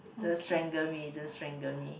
don't strangle me don't strangle me